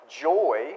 joy